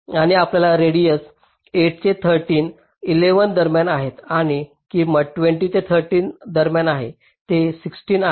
जिथे आपल्याला रेडिएस 8 ते 13 म्हणजे 11 दरम्यान आहेत आणि किंमत 20 ते 13 दरम्यान आहे ते 16 आहे